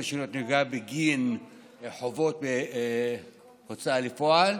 חידוש רישיונות נהיגה בגין חובות הוצאה לפועל,